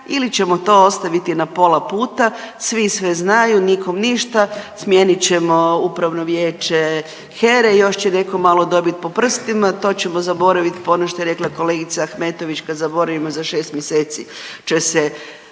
ili ćemo to ostaviti na pola puta, svi sve znaju, nikom ništa, smijenit ćemo upravno vijeće HERE i još će netko malo dobit po prstima, to ćemo zaboravit. Pa ono što je rekla kolegica Ahmetović kad zaboravimo za 6 mjeseci će se